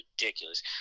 ridiculous